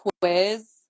quiz